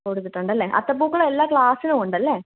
കൊടുത്തിട്ടുണ്ടല്ലേ അത്തപ്പൂക്കളം എല്ലാ ക്ലാസ്സിനും ഉണ്ടല്ലേ